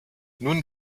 nun